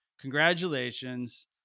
Congratulations